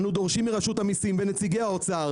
אנו דורשים מרשות המיסים ונציגי האוצר